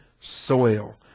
soil